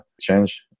change